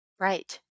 Right